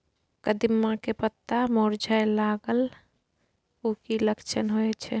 कदिम्मा के पत्ता मुरझाय लागल उ कि लक्षण होय छै?